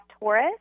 Taurus